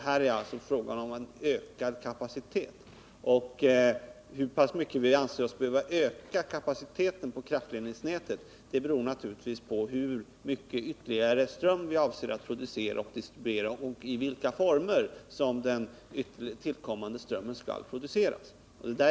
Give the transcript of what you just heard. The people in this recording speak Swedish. Här är det alltså fråga om ökad kapacitet. Och hur pass mycket vi anser oss behöva öka kapaciteten på kraftledningsnätet beror naturligtvis på hur mycket ytterligare ström vi avser att producera och distribuera och i vilka former den tillkommande strömmen skall produceras.